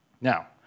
Now